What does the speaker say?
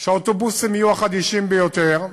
שהאוטובוסים יהיו החדישים ביותר,